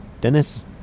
Dennis